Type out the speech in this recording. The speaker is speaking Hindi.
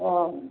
हाँ